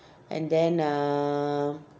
and then uh